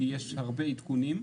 כי יש הרבה עדכונים,